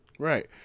Right